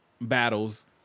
battles